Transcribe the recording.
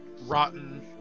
Rotten